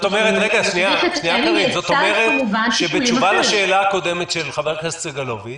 אומרת שבתשובה לשאלה של חבר הכנסת סגלוביץ',